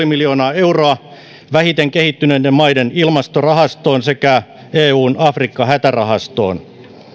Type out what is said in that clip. miljoonaa euroa vähiten kehittyneiden maiden ilmastorahastoon sekä eun afrikka hätärahastoon